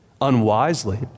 unwisely